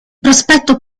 prospetto